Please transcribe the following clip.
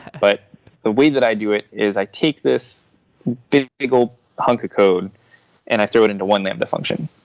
but the way that i do it is i take this biblical honka code and i throw it into one lambda function.